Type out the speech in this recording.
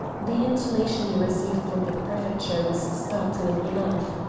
the intimation he received from the prefecture was startling enough.